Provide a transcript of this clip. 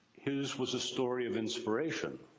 his was a story of inspiration.